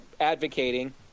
advocating